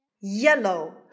Yellow